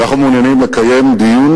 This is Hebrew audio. אנחנו מעוניינים לקיים דיון